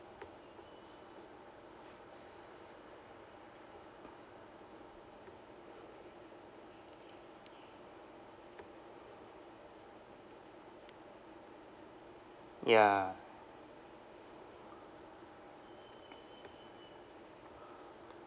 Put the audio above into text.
ya